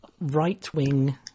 right-wing